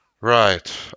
Right